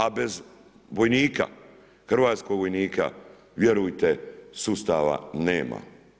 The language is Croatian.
A bez vojnika, hrvatskog vojnika, vjerujte sustava nema.